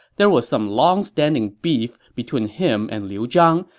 there was some longstanding beef between him and liu zhang,